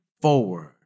forward